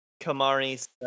Kamari